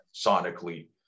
sonically